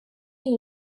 iyi